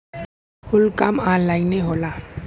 कुल काम ऑन्लाइने होला